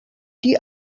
die